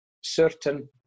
certain